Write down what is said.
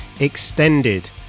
Extended